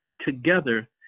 together